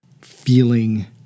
feeling